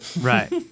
Right